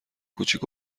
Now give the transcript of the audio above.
کوچیک